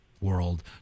world